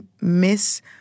miss